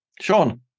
Sean